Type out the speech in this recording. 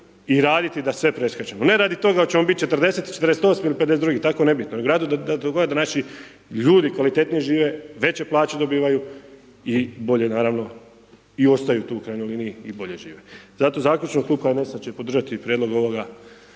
i raditi da sve preskačemo. Ne radi toga očemo biti 40, 48 ili 52 tako nebitno, nego radi toga da naši ljudi kvalitetnije žive, veće plaće dobivaju i bolje naravno i ostaju tu u krajnjoj liniji i bolje žive. Zato zaključno Klub HNS-a će podržati prijedlog ovoga